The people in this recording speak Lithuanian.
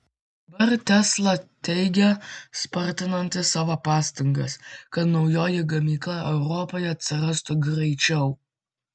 dabar tesla teigia spartinanti savo pastangas kad naujoji gamykla europoje atsirastų greičiau